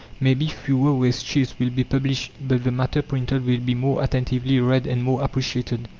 maybe fewer waste-sheets will be published but the matter printed will be more attentively read and more appreciated.